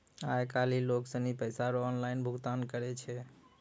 आय काइल लोग सनी पैसा रो ऑनलाइन भुगतान करै छै